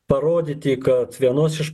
parodyti kad vienos iš